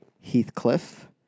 Heathcliff